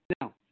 Now